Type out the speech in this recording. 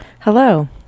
Hello